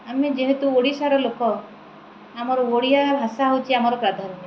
ଆମେ ଯେହେତୁ ଓଡ଼ିଶାର ଲୋକ ଆମର ଓଡ଼ିଆ ଭାଷା ହେଉଛି ଆମର ପ୍ରାଧାନ୍ୟ